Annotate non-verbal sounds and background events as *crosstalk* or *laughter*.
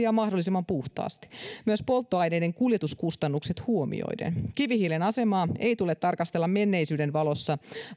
*unintelligible* ja mahdollisimman puhtaasti *unintelligible* *unintelligible* *unintelligible* *unintelligible* *unintelligible* *unintelligible* myös polttoaineiden kuljetuskustannukset huomioiden kivihiilen asemaa ei tule tarkastella menneisyyden valossa